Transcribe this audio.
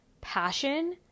passion